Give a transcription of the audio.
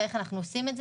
ואיך אנחנו עושים את זה.